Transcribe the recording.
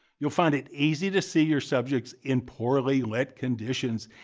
you'll find it easy to see your subjects in poorly lit conditions,